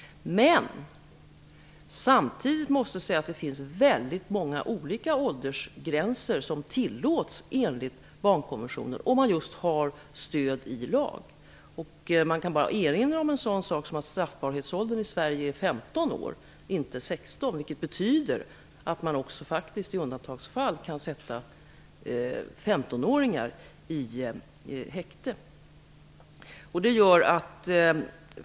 Men samtidigt tillåts många olika åldersgränser enligt barnkonventionen, om de har stöd i lag. Jag kan t.ex. erinra om att straffbarhetsåldern i Sverige är 15 år och inte 16. Det betyder att man i undantagsfall faktiskt kan sätta 15-åringar i häkte.